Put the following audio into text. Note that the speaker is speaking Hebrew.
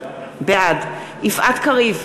בעד יפעת קריב,